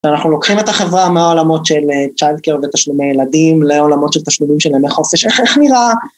‫שאנחנו לוקחים את החברה מהעולמות ‫של child care ותשלומי ילדים ‫לעולמות של תשלומים של ימי חופש. ‫איך נראה?